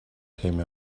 came